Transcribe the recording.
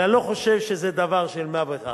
ואני לא חושב שזה דבר של מה בכך,